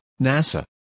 nasa